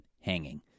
hanging